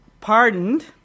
pardoned